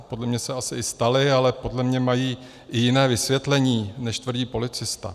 Podle mě se asi i staly, ale podle mě mají i jiné vysvětlení, než tvrdí policista.